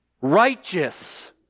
Righteous